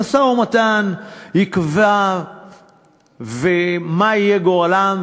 במשא-ומתן ייקבע מה יהיה גורלם,